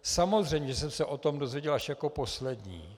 Samozřejmě že jsem se o tom dozvěděl až jako poslední.